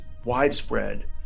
widespread